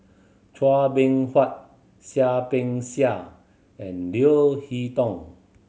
Chua Beng Huat Seah Peck Seah and Leo Hee Tong